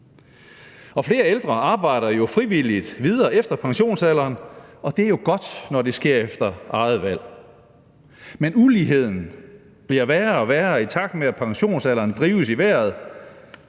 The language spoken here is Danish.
Flere ældre arbejder jo frivilligt videre efter pensionsalderen, og det er godt, når det sker efter eget valg. Men uligheden bliver værre og værre, i takt med at pensionsalderen drives i vejret.